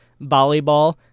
volleyball